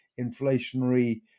inflationary